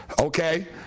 Okay